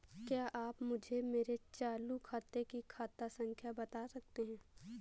क्या आप मुझे मेरे चालू खाते की खाता संख्या बता सकते हैं?